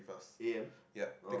A_M oh